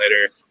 later